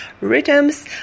rhythms